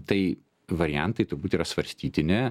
tai variantai svarstytini